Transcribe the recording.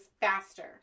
faster